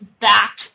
back